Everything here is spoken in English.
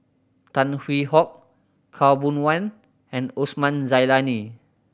Tan Hwee Hock Khaw Boon Wan and Osman Zailani